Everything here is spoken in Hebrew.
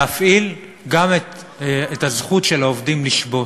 להפעיל גם את הזכות של העובדים לשבות.